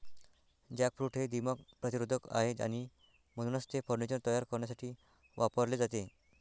jackfruit हे दीमक प्रतिरोधक आहे आणि म्हणूनच ते फर्निचर तयार करण्यासाठी वापरले जाते